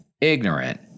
ignorant